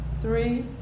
three